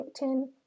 LinkedIn